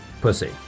pussy